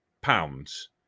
pounds